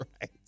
right